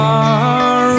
Far